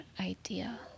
idea